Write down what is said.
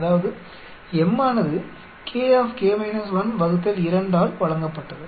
அதாவது m ஆனது ஆல் வழங்கப்பட்டது